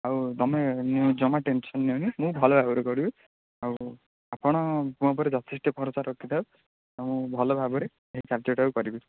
ଆଉ ତୁମେ ଜମା ଟେନସନ୍ ନିଅନି ଭଲ ଭାବରେ କରିବି ଆଉ ଆପଣ ମୋ ଉପରେ ଯଥେଷ୍ଟ ଭରଷା ରଖିଥାଅ ମୁଁ ଭଲଭାବରେ ଏହି କାର୍ଯ୍ୟଟାକୁ କରିବି